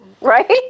Right